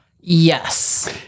Yes